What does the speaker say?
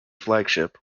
flagship